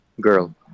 Girl